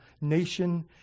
nation